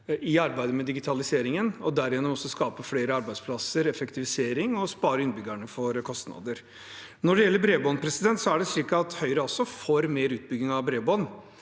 i arbeidet med digitaliseringen, og dermed også skape flere arbeidsplasser og effektivisering og spare innbyggerne for kostnader. Når det gjelder bredbånd, er det slik at Høyre også er for mer utbygging av bredbånd.